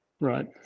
Right